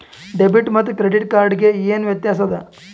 Debit ಮತ್ತ credit card ಗೆ ಏನ ವ್ಯತ್ಯಾಸ ಆದ?